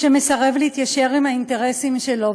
שמסרב להתיישר עם האינטרסים שלו.